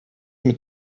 mit